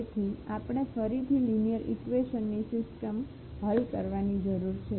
તેથી આપણે ફરીથી લિનિયર ઈકવેશનની સિસ્ટમ હલ કરવાની જરૂર છે